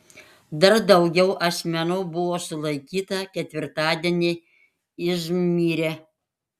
dar daugiau asmenų buvo sulaikyta ketvirtadienį izmyre